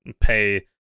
pay